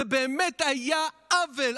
זה באמת היה עוול,